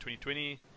2020